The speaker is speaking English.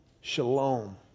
shalom